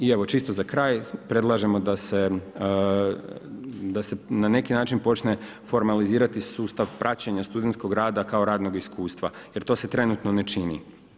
I evo čisto za kraj, predlažemo da se na neki način počne formalizirati sustav praćenja studentskog rada kao radnog iskustva jer to se trenutno ne čini.